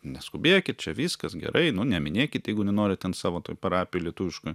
neskubėkit čia viskas gerai nu neminėkit jeigu nenorit ten savo toj parapijoj lietuviškoj